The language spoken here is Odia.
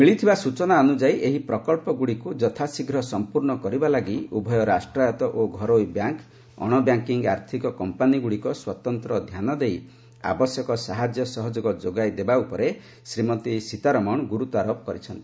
ମିଳିଥିବା ସୂଚନା ଅନୁଯାୟୀ ଏହି ପ୍ରକଚ୍ଚଗୁଡ଼ିକୁ ଯଥାଶୀଘ୍ର ସମ୍ପର୍ଷ୍ଣ କରିବା ଲାଗି ଉଭୟ ରାଷ୍ଟ୍ରାୟତ୍ତ ଓ ଘରୋଇ ବ୍ୟାଙ୍କ୍ ଅଣବ୍ୟାଙ୍କିଙ୍ଗ୍ ଆର୍ଥକ କମ୍ପାନୀଗୁଡ଼ିକ ସ୍ୱତନ୍ତ ଧ୍ୟାନ ଦେଇ ଆବଶ୍ୟକ ସାହାଯ୍ୟ ସହଯୋଗ ଯୋଗାଇ ଦେବା ଉପରେ ଶ୍ରୀମତୀ ସୀତାରମଣ ଗୁରୁତ୍ୱାରୋପ କରିଛନ୍ତି